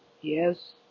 Yes